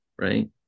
Right